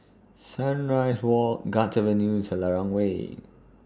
Sunrise Walk Guards Avenue and Selarang Way